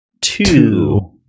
two